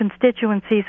constituencies